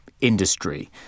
industry